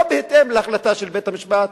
לא בהתאם להחלטה של בית-המשפט,